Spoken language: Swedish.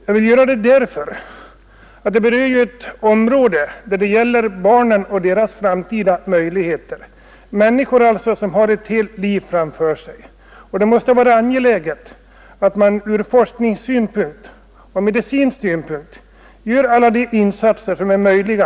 Jag vill göra det därför att den berör ett område som gäller barnen och deras framtida möjligheter, människor som har ett helt liv framför sig. Det måste vara angeläget att man från forskningssynpunkt och medicinsk synpunkt gör alla de insatser som är möjliga.